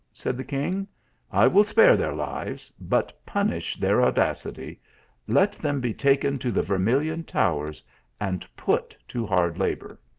said the king i will spare their lives, but punish their audacity let them be taken to the vermilion towers and put to hard labour.